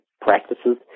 practices